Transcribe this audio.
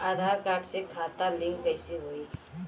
आधार card से खाता link कईसे होई?